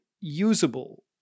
usable